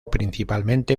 principalmente